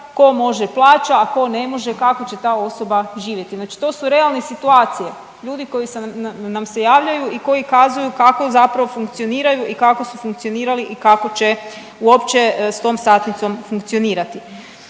tko može plaća, a tko ne može, kako će ta osoba živjeti? Znači to su realne situacije, ljudi koji nam se javljaju i koji kazuju kako zapravo funkcioniraju i kako su funkcionirali i kako će uopće s tom satnicom funkcionirati.